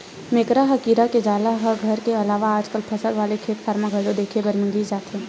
मेकरा कीरा के जाला ह घर के अलावा आजकल फसल वाले खेतखार म घलो देखे बर मिली जथे